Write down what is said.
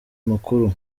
amakuru